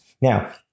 Now